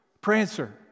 Prancer